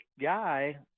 guy